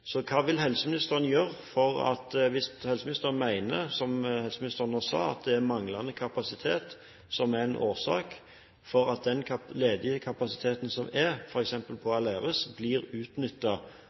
Så hva vil helseministeren gjøre – hvis hun mener, som hun nå sa, at manglende kapasitet er en årsak – for at den ledige kapasiteten som er, f.eks. på